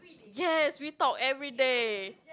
yes we talk everyday